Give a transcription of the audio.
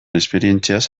esperientziaz